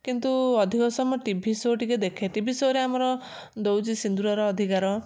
କିନ୍ତୁ ଅଧିକ ସମୟ ଟିକେ ଟି ଭି ସୋ ଟିକେ ଦେଖେ ଟି ଭି ସୋରେ ଆମର ଦଉଛି ସିନ୍ଦୁରର ଅଧିକାର